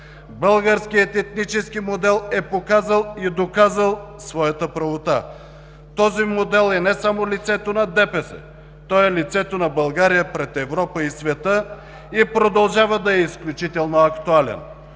Българският етнически модел е показал и доказал своята правота. Този модел е не само лицето на ДПС, той е лицето на България пред Европа и света и продължава да е изключително актуален.